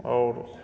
आओर